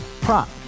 Prop